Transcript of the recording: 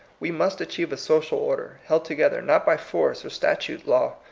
we must achieve a social order, held together, not by force or statute law,